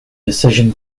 decision